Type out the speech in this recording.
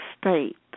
state